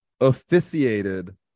officiated